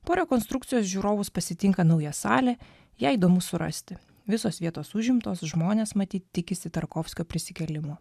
po rekonstrukcijos žiūrovus pasitinka nauja salė ją įdomu surasti visos vietos užimtos žmonės matyt tikisi tarkovskio prisikėlimo